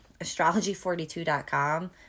astrology42.com